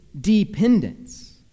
dependence